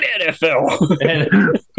NFL